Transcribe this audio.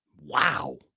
Wow